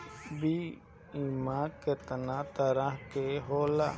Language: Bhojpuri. बीमा केतना तरह के होला?